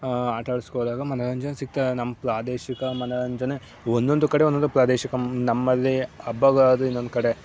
ಆಟ ಆಡಿಸ್ಕೊ ಹೋದಾಗ ಮನೋರಂಜನೆ ಸಿಗ್ತದೆ ನಮ್ಮ ಪ್ರಾದೇಶಿಕ ಮನೋರಂಜನೆ ಒಂದೊಂದು ಕಡೆ ಒಂದೊಂದು ಪ್ರಾದೇಶಿಕ ನಮ್ಮಲ್ಲಿ ಹಬ್ಬಗಳದು ಇನ್ನೊಂದು ಕಡೆ